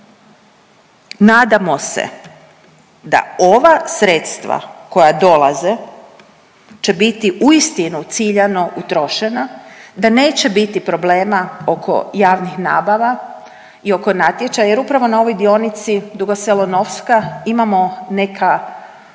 nadamo se da ova sredstva koja dolaze će biti uistinu ciljano potrošena, da neće biti problema oko javnih nabava i oko natječaja. Jer upravo na ovoj dionici Dugo Selo – Novska imamo neke